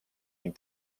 ning